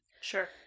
Sure